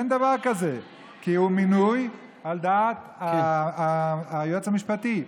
אין דבר כזה, כי הוא מינוי על דעת היועץ המשפטי.